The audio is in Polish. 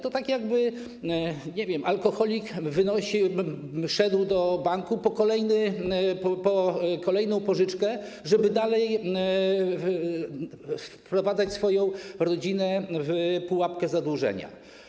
To tak, jakby, nie wiem, alkoholik szedł do banku po kolejną pożyczkę, żeby dalej wprowadzać swoją rodzinę w pułapkę zadłużenia.